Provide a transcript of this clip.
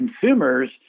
consumers